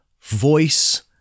voice